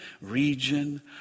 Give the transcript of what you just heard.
region